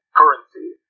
currency